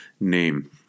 name